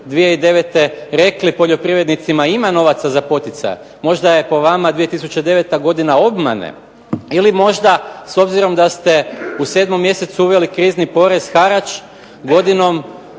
2009. rekli poljoprivrednicima ima novaca za poticaje, možda je po vama 2009. godina obmane? Ili možda, s obzirom da ste u 7. mjesecu uveli krizni porez, harač, godinom